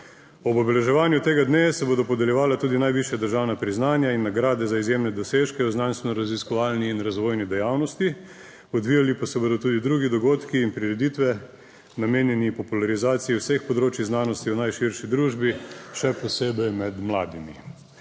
Ob obeleževanju tega dne se bodo podeljevala tudi najvišja državna priznanja in nagrade za izjemne dosežke v znanstveno-raziskovalni in razvojni dejavnosti. Odvijali pa se bodo tudi drugi dogodki in prireditve namenjeni popularizaciji vseh področij znanosti v najširši družbi, še posebej med mladimi.